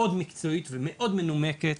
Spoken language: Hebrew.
מאוד מקצועית ומאוד מנומקת